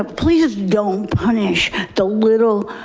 ah please don't punish the little